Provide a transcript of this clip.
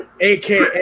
aka